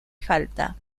falta